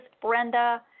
Brenda